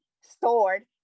stored